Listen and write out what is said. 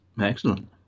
Excellent